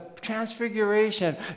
transfiguration